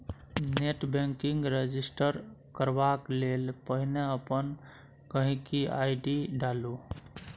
net banking register करबाक लेल पहिने अपन गांहिकी आइ.डी डालु